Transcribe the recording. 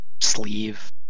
sleeve